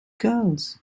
girls